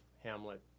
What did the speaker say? Hamlet